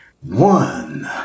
one